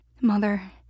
Mother